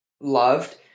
loved